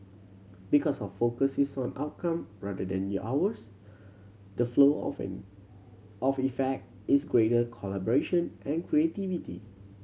because of focus is on outcome rather than your hours the flow of effect is greater collaboration and creativity